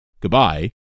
goodbye